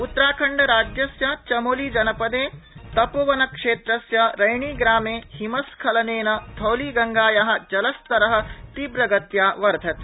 उत्तरखंडराज्यस्य चमोलि जनपदे तपोवनक्षेत्रस्य रैणीग्रामे हिमस्खलनेन धौलीगंगाया जलस्तर तीव्रगत्या वर्धते